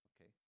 okay